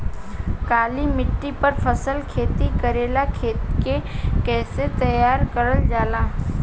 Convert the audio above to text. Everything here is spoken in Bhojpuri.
काली मिट्टी पर फसल खेती करेला खेत के कइसे तैयार करल जाला?